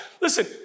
Listen